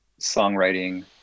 songwriting